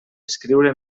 escriure